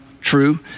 true